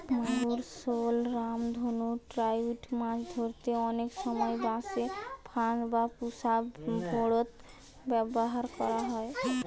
মাগুর, শল, রামধনু ট্রাউট মাছ ধরতে অনেক সময় বাঁশে ফাঁদ বা পুশা ভোঁদড় ব্যাভার করা হয়